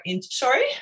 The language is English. Sorry